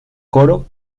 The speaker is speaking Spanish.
coro